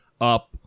up